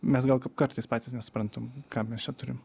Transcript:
mes gal kap kartais patys nesuprantam ką mes čia turim